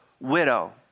widow